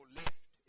left